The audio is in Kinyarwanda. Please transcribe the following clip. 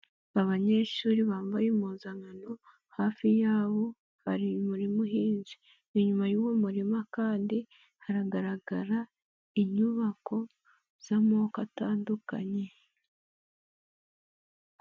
Abanyeshuri bambaye impuzankano, hafi yabo bari umuri muhinze, inyuma y'uwo muririma kandi hagaragara inyubako z'amoko atandukanye.